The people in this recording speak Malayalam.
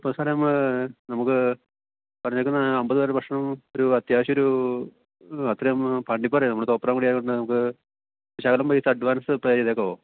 അപ്പം സാറേമ്മ് നമുക്ക് പറഞ്ഞേക്കുന്ന അൻപത് പേരുടെ ഭക്ഷണവും ഒരു അത്യാവശ്യം ഒരു അത്രേം പണിപറയാൻ നമ്മൾ തോപ്രാങ്കുടിയായോണ്ട് നമുക്ക് ശകലം പൈസ അഡ്വാൻസ്സ് പേ ചെയ്തേക്കാമോ